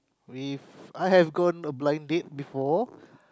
we've I have gone a blinding day before